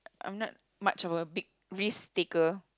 I'm not much of a big risk taker